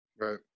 right